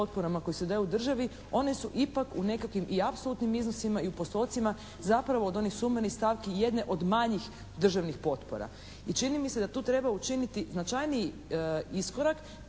potporama koje se daju državi, one su ipak u nekakvim i apsolutnim iznosima i u postocima zapravo od onih … /Ne razumije se./ … stavki jedne od manjih državnih potpora. I čini mi se da tu treba učiniti značajniji iskorak,